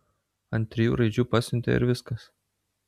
ant trijų raidžių pasiuntė ir viskas